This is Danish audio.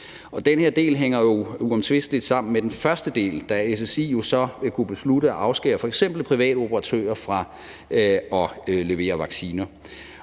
den her del hænger jo uomtvisteligt sammen med den første del, da SSI jo så vil kunne beslutte at afskære f.eks. private operatører fra at levere vacciner,